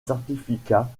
certificat